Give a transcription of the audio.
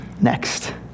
next